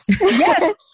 Yes